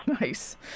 Nice